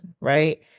right